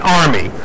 army